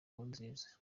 nkurunziza